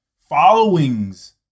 followings